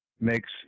makes